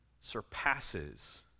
surpasses